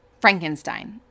frankenstein